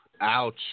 Ouch